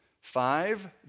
Five